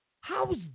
How's